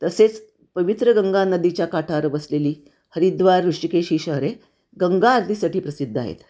तसेच पवित्र गंगा नदीच्या काठावर बसलेली हरिद्वार ऋषिकेश ही शहरे गंगा आरतीसाठी प्रसिद्ध आहेत